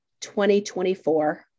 2024